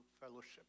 fellowship